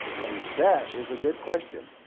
and that is a good question